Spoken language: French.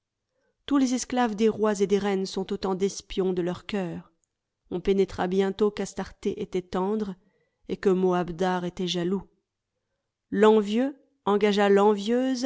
tous les esclaves des rois et des reines sont autant d'espions de leurs coeurs on pénétra bientôt qu'astarté était tendre et que moabdar était jaloux l'envieux engagea l'envieuse